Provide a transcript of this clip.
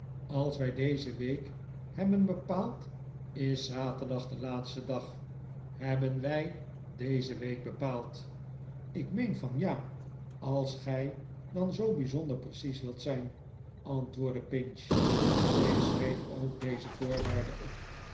als wij deze week hebben bepaald is zaterdag de laatste dag hebben wij deze week bepaald ik meen van ja als gij dan zoo bijzonder precies wilt zijn antwoordde pinch tigg schreef ook deze voorwaarde op